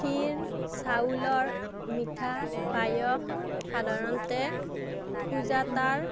খীৰ চাউলৰ মিঠা পায়স সাধাৰণতে সুজাতাৰ